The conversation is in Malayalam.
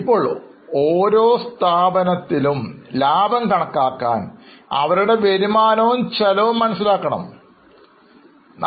ഇപ്പോൾ ഓരോ സ്ഥാപനത്തിനും ലാഭം കണക്കാക്കാൻ അവരുടെ വരുമാനവും ചെലവും അറിയേണ്ടതുണ്ട്